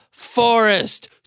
Forest